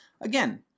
again